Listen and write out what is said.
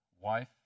wife